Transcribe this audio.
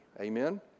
Amen